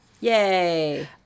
Yay